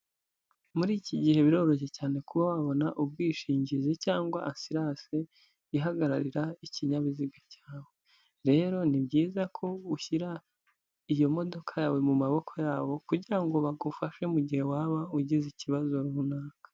Muri iki gihe biroroshye cyane kuba wabona ubwishingizi cyangwa asiranse ihagararira ikinyabiziga cyawe. Rero ni byiza ko ushyira iyo modoka yawe mu maboko yabo kugira ngo bagufashe mu gihe waba ugize ikibazo runaka.